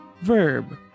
verb